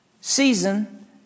Season